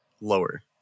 lower